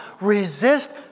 Resist